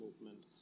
movement